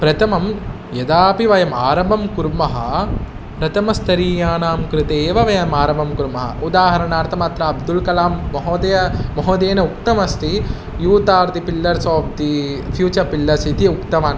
प्रथमं यदापि वयम् आरम्भं कुर्मः प्रथमस्थरीयाणां कृते एव वयम् आरम्भं कुर्मः उदाहरणार्थमत्र अब्दुल्कलांमहोदयः महोदयेन उक्तमस्ति यूतार्तिपिल्लर्सोप्दिफ़्युचर् पिल्लर्स् इति उक्तवान्